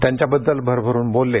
त्यांच्याबद्दल भरभरून बोलले